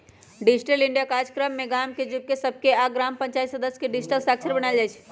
digital India काजक्रम में गाम के जुवक सभके आऽ ग्राम पञ्चाइत सदस्य के डिजिटल साक्षर बनाएल जाइ छइ